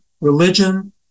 religion